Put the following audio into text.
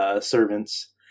servants